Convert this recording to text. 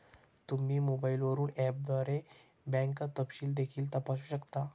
तुम्ही मोबाईलवरून ऍपद्वारे बँक तपशील देखील तपासू शकता